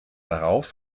darauf